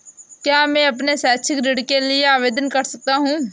क्या मैं अपने शैक्षिक ऋण के लिए आवेदन कर सकता हूँ?